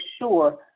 sure